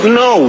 no